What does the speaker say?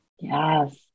Yes